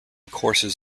courses